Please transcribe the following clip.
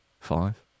five